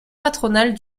patronale